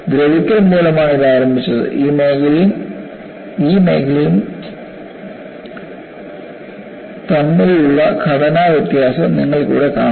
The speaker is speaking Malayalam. ദ്രവിക്കൽ മൂലമാണ് ഇത് ആരംഭിച്ചത് ഈ മേഖലയും ഈ മേഖലയും തമ്മിലുള്ള ഘടന വ്യത്യാസം നിങ്ങൾക്കിവിടെ കാണാം